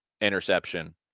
interception